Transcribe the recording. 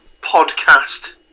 podcast